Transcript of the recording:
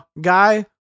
guy